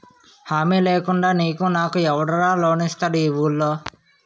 హామీ లేకుండా నీకు నాకు ఎవడురా లోన్ ఇస్తారు ఈ వూళ్ళో?